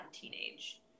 teenage